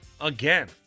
again